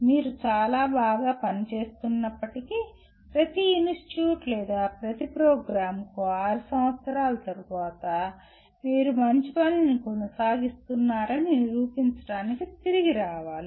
మీరు చాలా బాగా పనిచేస్తున్నప్పటికీ ప్రతి ఇన్స్టిట్యూట్ లేదా ప్రతి ప్రోగ్రామ్ 6 సంవత్సరాల తరువాత మీరు మంచి పనిని కొనసాగిస్తున్నారని నిరూపించడానికి తిరిగి రావాలి